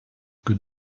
que